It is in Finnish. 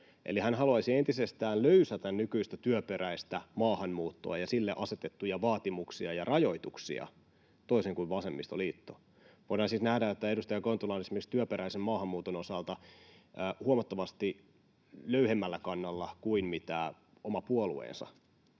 eli hän haluaisi entisestään löysätä nykyistä työperäistä maahanmuuttoa ja sille asetettuja vaatimuksia ja rajoituksia, toisin kuin vasemmistoliitto. Voidaan siis nähdä, että edustaja Kontula on esimerkiksi työperäisen maahanmuuton osalta huomattavasti löyhemmällä kannalla kuin oma puolueensa.